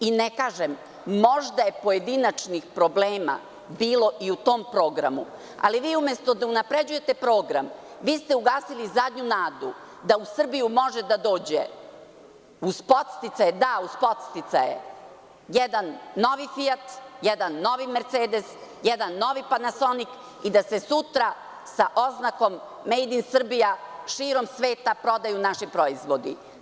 Ne kažem, možda je pojedinačnih problema bilo i u tom programu, ali umesto da unapređujete program, ugasili ste zadnju nadu da u Srbiju može da dođe, uz podsticaje jedan novi „Fijat“, jedan novi „Mercedes“, jedan novi „Panasonik“ i da se sutra sa oznakom „made in Serbia“ širom sveta prodaju naši proizvodi.